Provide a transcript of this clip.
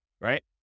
Right